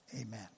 Amen